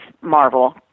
Marvel